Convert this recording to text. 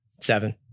Seven